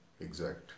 exact